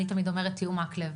אני תמיד אומרת תראו את מקלב,